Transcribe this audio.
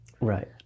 right